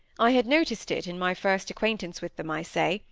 i had noticed it in my first acquaintance with them, i say,